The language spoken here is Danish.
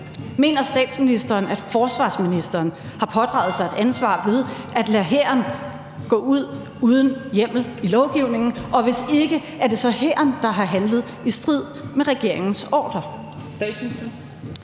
Mener statsministeren, at forsvarsministeren har pådraget sig et ansvar ved at lade hæren gå ud uden hjemmel i lovgivningen? Og hvis ikke, er det så hæren, der har handlet i strid med regeringens ordre?